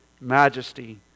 majesty